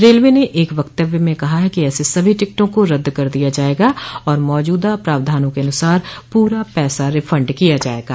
railway ने एक वक्तव्य में कहा है कि ऐसे सभी टिकटों को रद्द कर दिया जाएगा और मौजूदा प्रावधानों के अनुसार पूरा पैसा रिफंड किया जाएगा